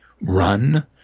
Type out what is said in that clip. run